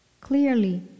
Clearly